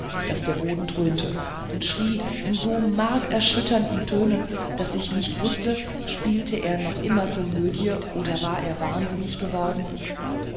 daß der boden dröhnte und schrie in so markerschütternden tönen daß ich nicht wußte spielte er noch immer komödie oder war er wahnsinnig geworden